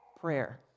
prayer